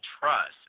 trust